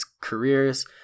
careers